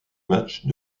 match